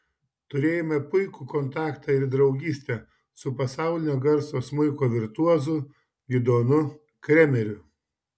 turėjome puikų kontaktą ir draugystę su pasaulinio garso smuiko virtuozu gidonu kremeriu